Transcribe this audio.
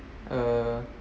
err